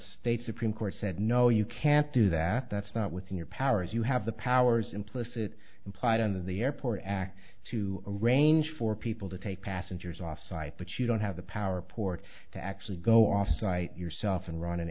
state supreme court said no you can't do that that's not within your powers you have the powers implicit implied in the airport act to arrange for people to take passengers off site but you don't have the power port to actually go offsite yourself and run an